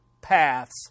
paths